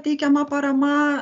teikiama parama